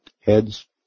Heads